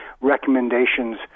recommendations